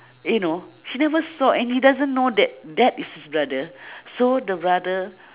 you know she never saw and he doesn't know that that is his brother so the brother